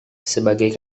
sebagai